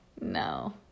No